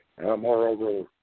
Moreover